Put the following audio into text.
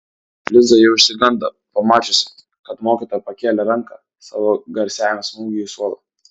liza jau išsigando pamačiusi kad mokytoja pakėlė ranką savo garsiajam smūgiui į suolą